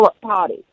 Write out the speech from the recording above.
Party